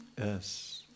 yes